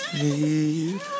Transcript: need